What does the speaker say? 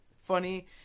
funny